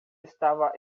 estava